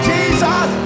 Jesus